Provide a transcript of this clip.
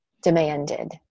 demanded